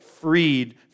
freed